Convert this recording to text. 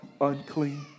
unclean